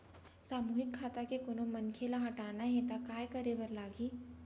सामूहिक खाता के कोनो मनखे ला हटाना हे ता काय करे बर लागही?